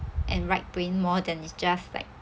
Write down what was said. and right brain more than it's just like